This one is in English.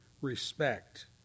respect